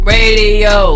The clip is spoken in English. Radio